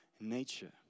nature